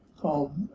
called